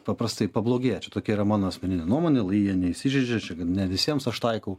paprastai pablogėja čia tokia yra mano asmeninė nuomonėlai jie neįsižeidžiačia ne visiems aš taikau